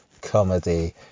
Comedy